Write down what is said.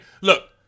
look